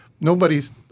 nobody's